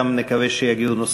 נקווה שבהמשך יגיעו נוספים.